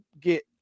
get